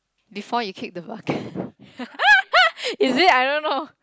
before you kick the bucket is it I don't know